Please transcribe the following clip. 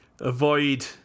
avoid